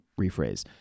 rephrase